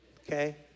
okay